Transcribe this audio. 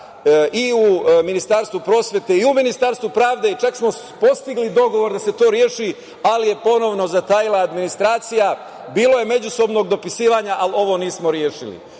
i u Ministarstvu prosvete i u Ministarstvu pravde i čak smo postigli dogovor da se to reši, ali je ponovo zatajila administracija. Bilo je međusobnog dopisivanja, ali ovo nismo rešili.